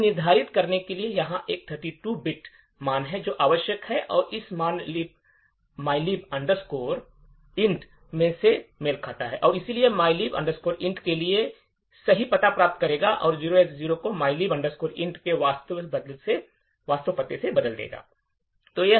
यह निर्धारित करेगा कि यहां एक 32 बिट मान है जो आवश्यक है और यह मान mylib int से मेल खाता है और इसलिए यह mylib int के लिए सही पता प्राप्त करेगा और 0X0 को mylib int के वास्तविक पते से बदल देगा